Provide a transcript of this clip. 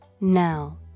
now